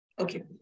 Okay